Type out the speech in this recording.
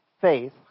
faith